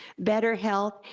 better health,